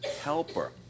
helper